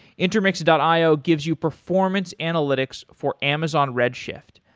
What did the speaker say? intermix and io gives you performance analytics for amazon redshift.